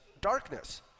darkness